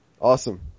Awesome